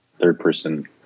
third-person